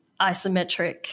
isometric